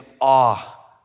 awe